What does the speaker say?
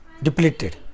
Depleted